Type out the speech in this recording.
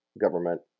government